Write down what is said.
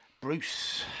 Bruce